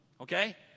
Okay